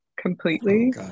completely